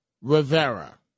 Rivera